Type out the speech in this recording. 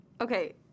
Okay